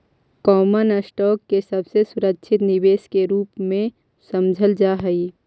common stock के सबसे सुरक्षित निवेश के रूप में समझल जा हई